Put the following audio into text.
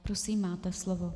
Prosím, máte slovo.